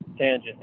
Tangent